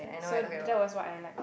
so that was what I like